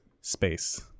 space